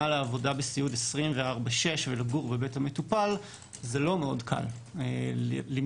לעבודה בסיעוד 24/6 ולגור בבית המטופל זה לא מאוד קל למצוא